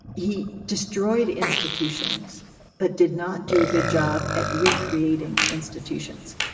he destroyed institutions but did not do a good job at recreating institutions.